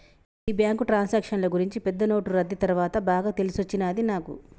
ఈ బ్యాంకు ట్రాన్సాక్షన్ల గూర్చి పెద్ద నోట్లు రద్దీ తర్వాత బాగా తెలిసొచ్చినది నాకు